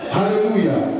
Hallelujah